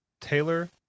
Taylor